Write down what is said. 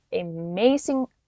amazing